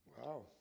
Wow